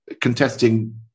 contesting